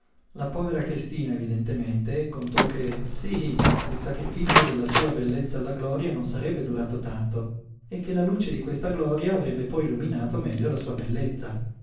la povera cristina evidentemente contò che sí il sacrifizio della sua bellezza alla gloria non sarebbe durato tanto e che la luce di questa gloria avrebbe poi illuminato meglio la sua bellezza